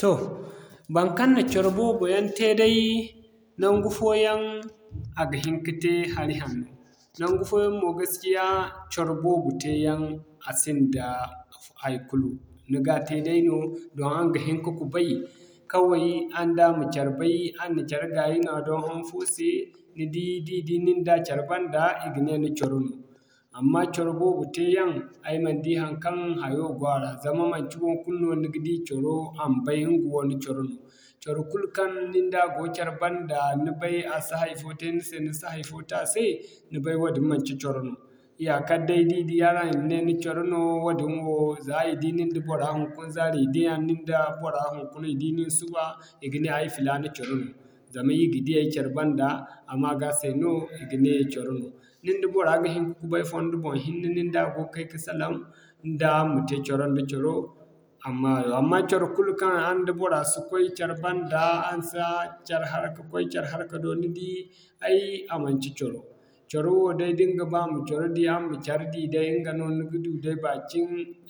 Toh baŋkaŋ na coro boobo yaŋ te day, naŋgu fooyaŋ a ga hin ka te hari hanno. Naŋgu fooyaŋ mo gaskiya coro boobo te yaŋ a sinda haikulu ni ga te dayno doŋ araŋ ga hin ka kubay, kaway araŋ da ma care bay araŋ na care gaayi nooya doŋ haŋfo se ni di da i di nin da care banda, i ga ne ni coro no. Amma coro boobo te yaŋ, ay man di haŋkaŋ hayo go a ra zama manci waŋkul no ni ga di coro a ma bay ɲgawo ni coro no. Coro kul kaŋ nin da go care banda ni bay a si hay'fo te ni se ni si hay'fo te a se ni bay woodin manci coro no. Iyaaka day da i di araŋ i ma ne ni coro no woodin wo zaa i di nin da bora hunkuna zaari, i diya nin da bora hunkuna i di nin suba, i ga ne ay filana coro no zama ir ga diyay care banda a maa ga se no i ga ne coro no. Nin da bora ga hin ka kubay fondo boŋ hinne nin da go kay ka salaŋ, nin da araŋ ma te coro-nda-coro amma hayo. Amma coro kul kaŋ araŋ da bora si koy care banda, araŋ si care haraka bay, care haraka do ni di ay a manci coro. Coro wo day da ni ga ba ma coro di araŋ ma care di day ɲga no ni ga du day bakin